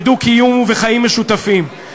בדו-קיום ובחיים משותפים.